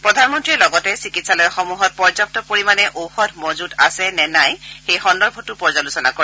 প্ৰধানমন্ত্ৰীয়ে লগতে চিকিৎসালয়সমূহত পৰ্যাপ্ত পৰিমাণে ঔষধ মজুত আছে নে নাই সেই সন্দৰ্ভতো পৰ্যালোচনা কৰে